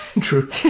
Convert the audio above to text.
True